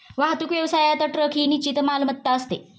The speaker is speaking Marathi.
वाहतूक व्यवसायात ट्रक ही निश्चित मालमत्ता असते